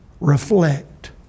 reflect